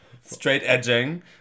straight-edging